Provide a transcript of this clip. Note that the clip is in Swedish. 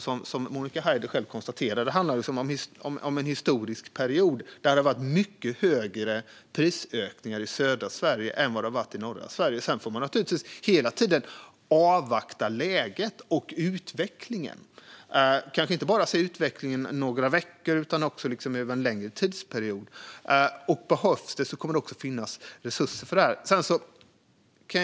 Som Monica Haider själv konstaterar handlar detta om en historisk period där det har varit mycket högre prisökningar i södra Sverige än i norra Sverige. Sedan får man naturligtvis hela tiden avvakta läget och utvecklingen och kanske inte bara titta på utvecklingen under några veckor utan över en längre tidsperiod. Om det behövs kommer det att också att finnas resurser för detta.